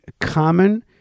common